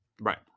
Right